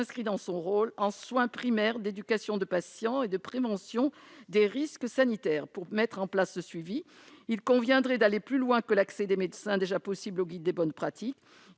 s'inscrit dans son rôle en soins primaires, d'éducation de ses patients et de prévention des risques sanitaires. Pour mettre en place ce suivi, il conviendrait d'aller plus loin que l'accès des médecins déjà possible au guide des bonnes pratiques